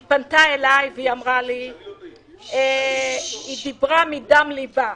היא פנתה אליי ודיברה מדם ליבה.